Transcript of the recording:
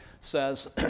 says